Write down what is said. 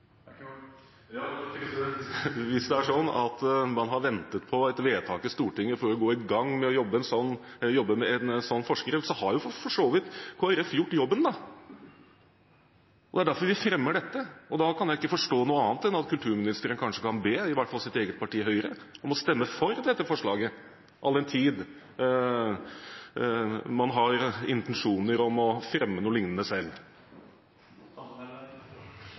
Hvis det er sånn at man har ventet på et vedtak i Stortinget for å gå i gang med å jobbe med en sånn forskrift, har for så vidt Kristelig Folkeparti da gjort jobben. Det er derfor vi fremmer dette. Da kan jeg ikke forstå annet enn at kulturministeren kanskje kan be i hvert fall sitt eget parti, Høyre, om å stemme for dette forslaget, all den tid man har intensjoner om å fremme noe lignende selv.